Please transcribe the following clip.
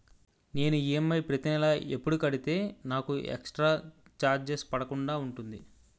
నేను ఈ.ఎం.ఐ ప్రతి నెల ఎపుడు కడితే నాకు ఎక్స్ స్త్ర చార్జెస్ పడకుండా ఉంటుంది?